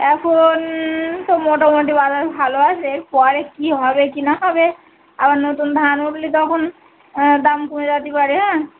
এখন তো মোটামোটি বাজার ভালো আছে এরপরে কী হবে কী না হবে আবার নতুন ধান উঠলি তখন দাম কমে যাতি পারে হ্যাঁ